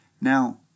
Now